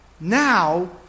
Now